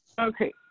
Okay